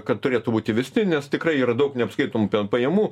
kad turėtų būt įvesti nes tikrai yra daug neapskaitom pajamų